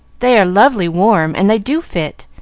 they are lovely warm, and they do fit.